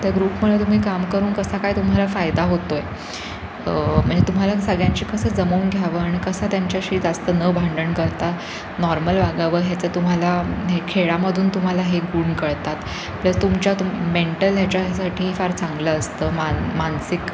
त्या ग्रुपमुळे तुम्ही काम करून कसा काय तुम्हाला फायदा होतो आहे म्हणजे तुम्हाला सगळ्यांशी कसं जमवून घ्यावं आणि कसं त्यांच्याशी जास्त न भांडण करता नॉर्मल वागावं ह्याचं तुम्हाला हे खेळामधून तुम्हाला हे गुण कळतात प्लस तुमच्या तुम मेंटल ह्याच्यासाठी फार चांगलं असतं मान मानसिक